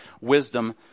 wisdom